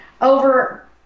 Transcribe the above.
over